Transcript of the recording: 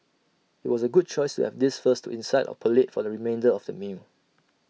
IT was A good choice to have this first to incite our palate for the remainder of the meal